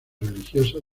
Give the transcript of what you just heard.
religiosas